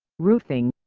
roofing,